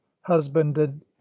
husbanded